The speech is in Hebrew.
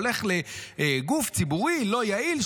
הולך לגוף ציבורי לא יעיל,